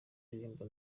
indirimbo